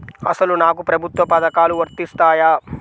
అసలు నాకు ప్రభుత్వ పథకాలు వర్తిస్తాయా?